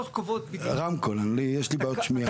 רגע, שלום, בבקשה.